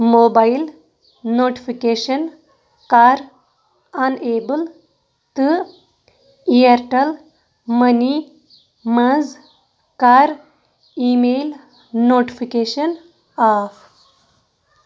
mobile notification کَر enable تہٕ Airtel money منٛز کَر ای میل نوٹفِکیشَن آف